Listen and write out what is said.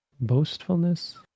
boastfulness